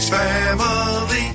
family